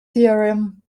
theorem